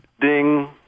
Ding